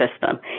system